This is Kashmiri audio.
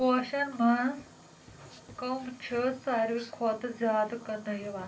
پوشن مَنٛز کم چھِ ساروی کھۄتہٕ زیادٕ کٕننہٕ یِوان